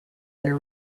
their